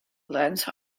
lands